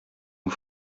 ont